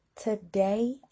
today